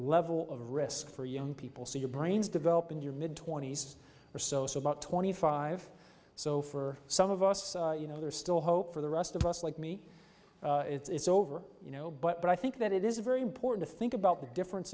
level of risk for young people so your brains develop in your mid twenty's or so so about twenty five so for some of us you know there's still hope for the rest of us like me it's over you know but i think that it is very important to think about the difference